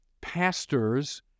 pastors